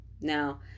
Now